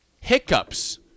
hiccups